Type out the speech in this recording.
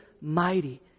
mighty